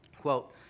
quote